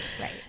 Right